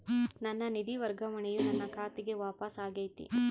ನನ್ನ ನಿಧಿ ವರ್ಗಾವಣೆಯು ನನ್ನ ಖಾತೆಗೆ ವಾಪಸ್ ಆಗೈತಿ